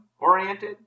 oriented